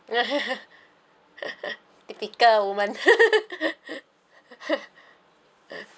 typical woman